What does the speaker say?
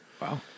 Wow